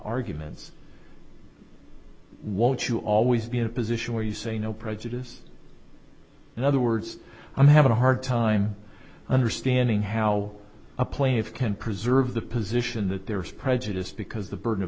arguments won't you always be in a position where you say no prejudice in other words i'm having a hard time understanding how a plaintiff can preserve the position that there is prejudice because the burden of